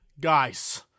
Guys